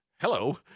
hello